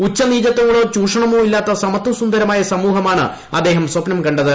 ഉച്ചനീചത്വങ്ങളോ ചൂഷണമോ ഇല്ലാത്ത് സമത്വസുന്ദരമായ് സമൂഹമാണ് അദ്ദേഹം സ്വപ്നം കണ്ടത്